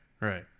right